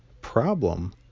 problem